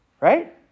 right